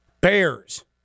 Bears